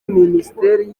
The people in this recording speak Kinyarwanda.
minisiteri